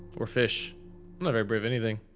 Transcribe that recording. or fish, i'm not a very brave anything.